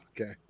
Okay